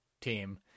team